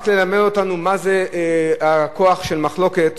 רק ללמד אותנו מה זה הכוח של מחלוקת,